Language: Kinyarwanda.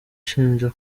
ishinja